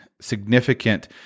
significant